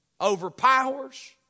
overpowers